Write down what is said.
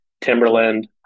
Timberland